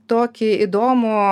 tokį įdomų